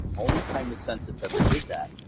only time the census ever did that,